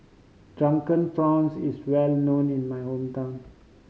Drunken Prawns is well known in my hometown